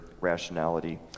rationality